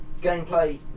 Gameplay